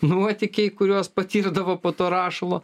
nuotykiai kuriuos patirdavo po to rašalo